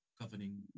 governing